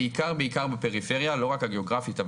בעיקר בפריפריה לא רק הגיאוגרפית,